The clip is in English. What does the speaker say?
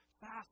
Fast